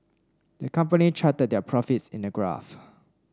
the company charted their profits in a graph